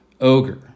ogre